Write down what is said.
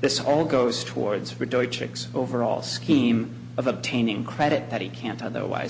this all goes towards for dietrich's overall scheme of obtaining credit that he can't otherwise